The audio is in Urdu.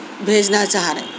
بھیجنا چاہ رہے